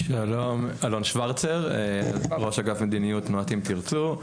אלון שוורצר, ראש אגף מדיניות תנועת "אם תרצו".